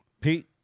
Pete